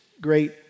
great